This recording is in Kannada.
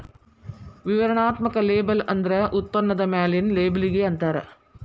ವಿವರಣಾತ್ಮಕ ಲೇಬಲ್ ಅಂದ್ರ ಉತ್ಪನ್ನದ ಮ್ಯಾಲಿನ್ ಲೇಬಲ್ಲಿಗಿ ಅಂತಾರ